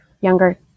younger